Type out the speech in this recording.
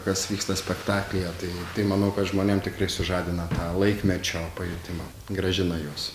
kas vyksta spektaklyje tai tai manau kad žmonėm tikrai sužadina tą laikmečio pajutimą grąžina juos